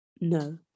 no